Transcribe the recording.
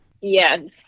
Yes